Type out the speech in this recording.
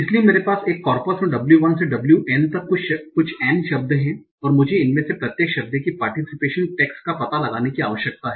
इसलिए मेरे पास मेरे कॉर्पस में w1 से wn तक कुछ n शब्द है और मुझे इनमें से प्रत्येक शब्द की पार्टीसीपेशन टेक्स्ट का पता लगाने की आवश्यकता है